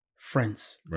friends